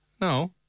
No